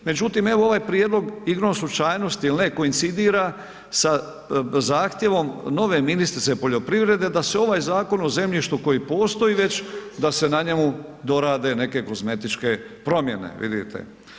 Međutim evo ovaj Prijedlog igrom slučajnosti ili ne, koinsidira sa Zahtjevom nove ministrice poljoprivrede da se ovaj Zakon o zemljištu koji postoji već, da se na njemu dorade neke kozmetičke promjene vidite.